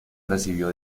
recibió